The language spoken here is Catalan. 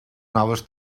noves